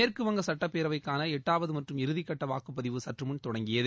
மேற்கு வங்க சுட்டப்பேரவைக்கான எட்டாவது மற்றும் இறுதிகட்ட வாக்குப்பதிவு சற்றுமுன் தொடங்கியது